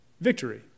victory